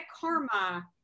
Karma